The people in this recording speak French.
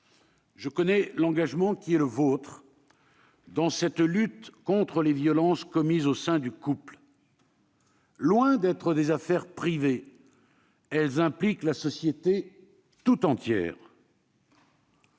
Je connais l'engagement qui est le vôtre dans cette lutte contre les violences commises au sein du couple. Loin d'être des affaires privées, elles impliquent la société tout entière.